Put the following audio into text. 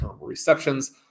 receptions